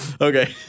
Okay